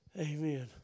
Amen